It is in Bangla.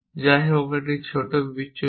যাই হোক একটি ছোট বিচ্যুতি